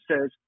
says